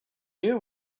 you